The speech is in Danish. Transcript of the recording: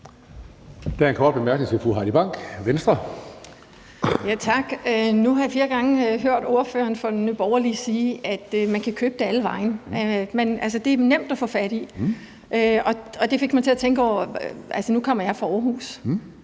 Nu har jeg flere gange hørt ordføreren fra Nye Borgerlige sige, at man kan købe det alle vegne, altså at det er nemt at få fat i. Og det fik mig til at tænke over noget. Altså, nu kommer jeg fra Aarhus.